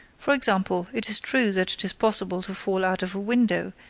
for example, it is true that it is possible to fall out of a window,